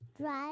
Drive